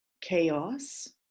chaos